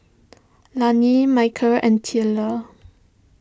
Layne Micheal and Tyler